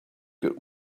good